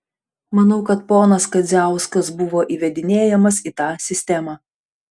manau kad ponas kadziauskas buvo įvedinėjamas į tą sistemą